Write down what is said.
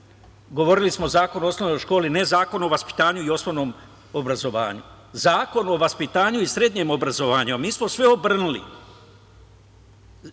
govorili smo, zakon o osnovnoj školi, ne Zakon o vaspitanju i osnovnom obrazovanju, Zakon o vaspitanju i srednjem obrazovanju, a mi smo sve obrnuli. Zbog